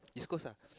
East-Coast ah